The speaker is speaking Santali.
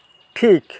ᱴᱷᱤᱠ